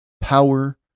power